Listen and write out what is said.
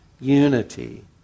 unity